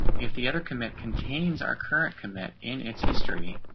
if the other commit contains our current commit in its history.